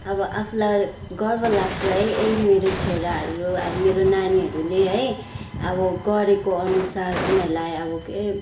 अब आफूलाई गर्व लाग्छ ए मेरो छोराहरू अब मेरो नानीहरूले है अब गरेको अनुसार उनीहरूलाई अब के